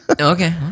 Okay